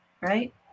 right